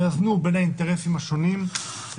יאזנו בין האינטרסים השונים,